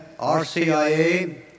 RCIA